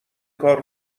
کاری